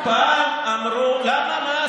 למה,